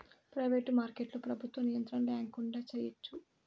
private మార్కెట్లో ప్రభుత్వ నియంత్రణ ల్యాకుండా చేయచ్చు